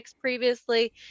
previously